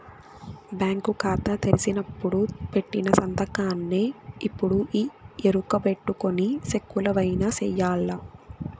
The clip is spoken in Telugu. బ్యాంకు కాతా తెరిసినపుడు పెట్టిన సంతకాన్నే ఎప్పుడూ ఈ ఎరుకబెట్టుకొని సెక్కులవైన సెయ్యాల